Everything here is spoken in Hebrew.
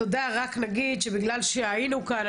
רק נגיד שבגלל שההינו כאן,